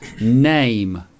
Name